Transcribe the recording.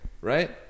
Right